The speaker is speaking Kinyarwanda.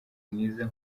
mwiza